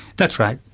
that's right,